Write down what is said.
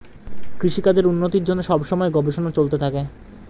কৃষিকাজের উন্নতির জন্যে সব সময়ে গবেষণা চলতে থাকে